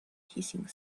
hissing